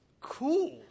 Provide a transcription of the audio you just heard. Cool